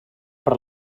per